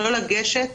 לא לגשת